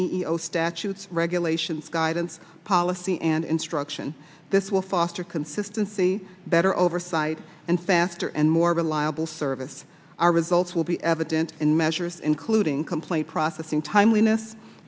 o statutes regulations guidance policy and instruction this will foster consistency better over site and faster and more reliable service our results will be evident in measures including complaint processing tim